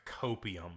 copium